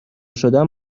شدم